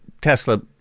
Tesla